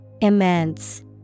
Immense